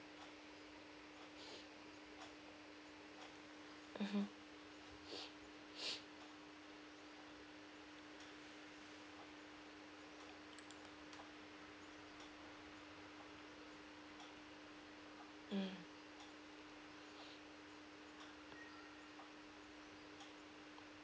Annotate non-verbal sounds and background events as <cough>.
mmhmm <noise> mm